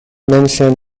mention